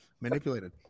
manipulated